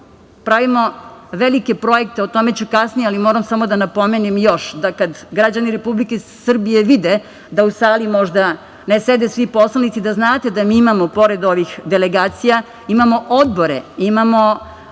pravimo velike projekte o tome ću kasnije, ali moram samo da napomenem još, da kad građani Republike Srbije vide da u sali možda ne sede svi poslanici, da znate da mi imamo pored ovih delegacija, imamo odbore, imamo